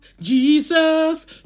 jesus